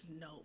no